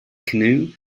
canoe